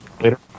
later